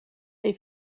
they